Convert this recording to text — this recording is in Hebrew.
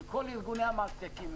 עם כל ארגוני המעסיקים,